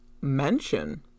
mention